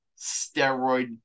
steroid